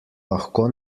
lahko